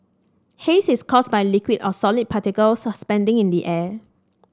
haze is caused by liquid or solid particles suspending in the air